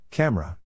Camera